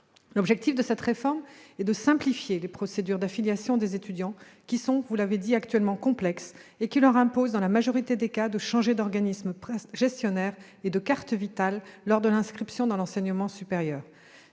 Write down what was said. L'objectif de cette réforme est de simplifier les procédures d'affiliation des étudiants, qui sont actuellement complexes et qui leur imposent, dans la majorité des cas, de changer d'organisme gestionnaire et de carte Vitale lors de leur inscription dans l'enseignement supérieur.